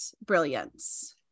brilliance